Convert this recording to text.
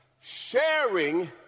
Sharing